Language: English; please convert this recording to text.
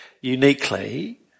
uniquely